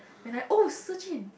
when I oh Shi Jun